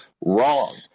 wrong